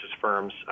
firms